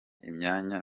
imyanya